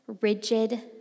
rigid